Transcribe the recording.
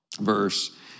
verse